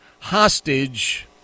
hostage